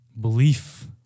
belief